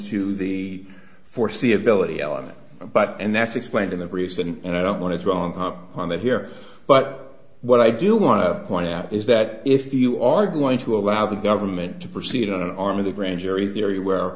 to the foreseeability element but and that's explained in the briefs and i don't want to draw on that here but what i do want to point out is that if you are going to allow the government to proceed on an arm of the grand jury theory where